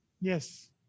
Yes